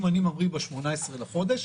אם אני ממריא ב-18 בחודש,